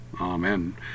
Amen